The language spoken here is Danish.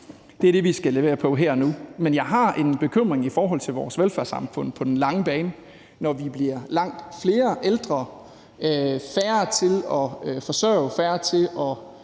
Det er det, vi skal levere på her og nu. Men jeg har en bekymring i forhold til vores velfærdssamfund på den lange bane, når vi bliver langt flere ældre, færre til at forsørge, færre til at